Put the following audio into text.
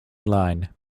line